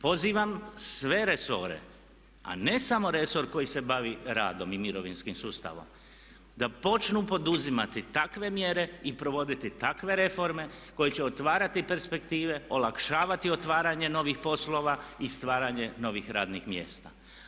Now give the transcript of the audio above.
Pozivam sve resore a ne samo resor koji se bavi radom i mirovinskim sustavom da počnu poduzimati takve mjere i provoditi takve reforme koje će otvarati perspektive, olakšavati otvaranje novih poslova i stvaranje novih radnih mjesta.